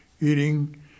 eating